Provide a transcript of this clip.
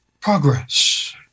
progress